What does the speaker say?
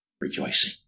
rejoicing